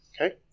Okay